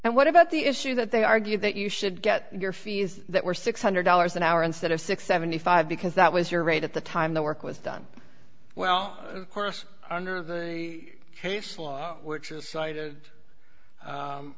and what about the issue that they argue that you should get your fees that were six hundred dollars an hour instead of six seventy five because that was your rate at the time the work was done well of course under the case law which is cited